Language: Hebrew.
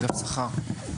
אגף שכר.